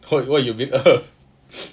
!oi! what you what you mean err